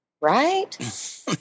Right